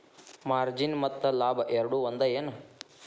margin ಮತ್ತ ಲಾಭ ಎರಡೂ ಒಂದ ಏನ್